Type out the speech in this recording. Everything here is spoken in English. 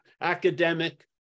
academic